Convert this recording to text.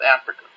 Africa